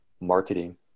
marketing